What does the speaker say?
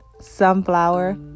sunflower